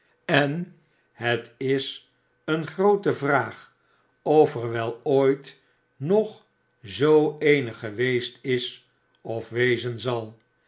en het is eene groote vraag of er wel ooit nog zoo eene geweest is of wezen zal